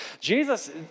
Jesus